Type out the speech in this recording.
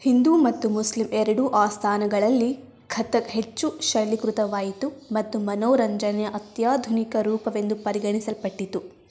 ಹಿಂದೂ ಮತ್ತು ಮುಸ್ಲಿಂ ಎರಡೂ ಆಸ್ಥಾನಗಳಲ್ಲಿ ಕಥಕ್ ಹೆಚ್ಚು ಶೈಲೀಕೃತವಾಯಿತು ಮತ್ತು ಮನೋರಂಜನೆಯ ಅತ್ಯಾಧುನಿಕ ರೂಪವೆಂದು ಪರಿಗಣಿಸಲ್ಪಟ್ಟಿತು